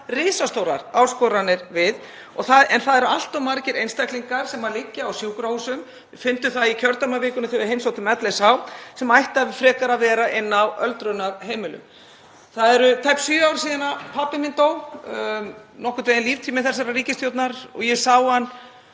risastórar áskoranir við, en það eru allt of margir einstaklingar sem liggja á sjúkrahúsum, við fundum það í kjördæmavikunni þegar við heimsóttum LSH, sem ættu frekar að vera inni á öldrunarheimilum. Það eru tæp sjö ár síðan pabbi minn dó, nokkurn veginn líftími þessarar ríkisstjórnar. Ég sá hann